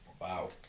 Wow